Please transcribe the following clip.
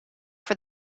for